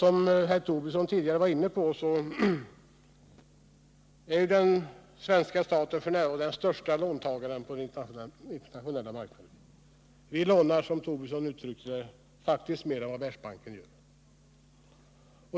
Som Lars Tobisson tidigare var inne på är vidare den svenska staten f. n. den största låntagaren på den internationella lånemarknaden. Vi lånar, som Lars Tobisson uttryckte det, faktiskt mer än vad Världsbanken gör.